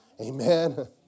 Amen